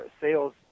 sales